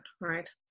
right